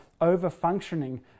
over-functioning